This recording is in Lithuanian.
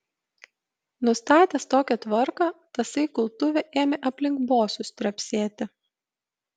nustatęs tokią tvarką tasai kultuvė ėmė aplink bosus trepsėti